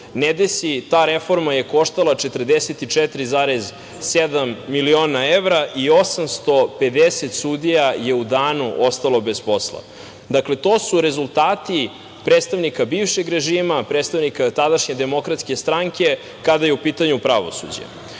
ne desi, ta reforma je koštala 44,7 miliona evra i 850 sudija je u danu ostalo bez posla. Dakle, to su rezultati predstavnika bivšeg režima, predstavnika tadašnje DS, kada je u pitanju pravosuđe. Vraćamo